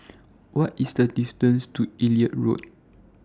What IS The distance to Elliot Road